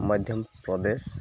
Madhya Pradesh